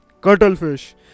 cuttlefish